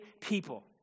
people